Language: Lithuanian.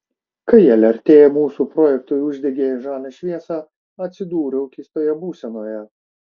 kai lrt mūsų projektui uždegė žalią šviesą atsidūriau keistoje būsenoje